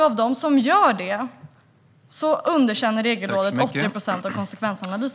Av de konsekvensanalyser som skickas till Regelrådet underkänns 80 procent.